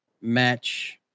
match